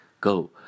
Go